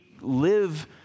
live